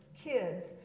kids